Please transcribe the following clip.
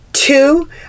Two